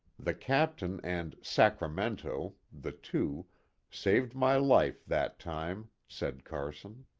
the captain and sacramento' the two saved my life that time, said carson.